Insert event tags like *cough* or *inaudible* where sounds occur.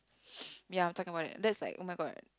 *noise* ya I'm talking about that that's like oh-my-god